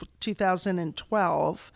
2012